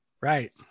Right